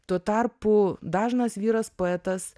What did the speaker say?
tuo tarpu dažnas vyras poetas